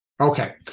Okay